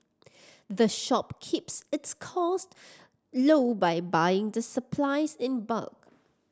the shop keeps its cost low by buying the supplies in bulk